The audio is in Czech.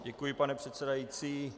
Děkuji, pane předsedající.